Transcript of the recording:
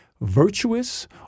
virtuous